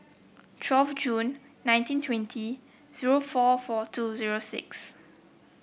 twelfth Jun nineteen twenty zero four four two zero six